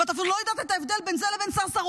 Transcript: ואת אפילו לא יודעת את ההבדל בין זה לבין סרסרות,